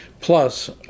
Plus